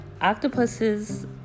octopuses